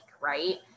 right